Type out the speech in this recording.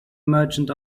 merchant